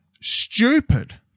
stupid